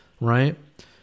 right